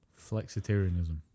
flexitarianism